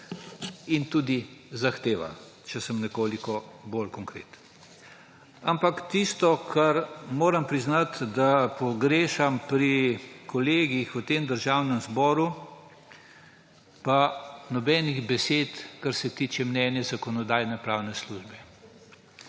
in tudi zahteva, če sem nekoliko bolj konkreten. Ampak tisto, kar moram priznati, da pogrešam pri kolegih v tem državnem zboru – pa nobenih besed, kar se tiče mnenja Zakonodajno-pravne službe.